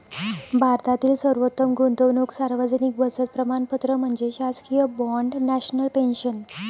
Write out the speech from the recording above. भारतातील सर्वोत्तम गुंतवणूक सार्वजनिक बचत प्रमाणपत्र म्हणजे शासकीय बाँड नॅशनल पेन्शन